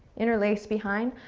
interlace behind,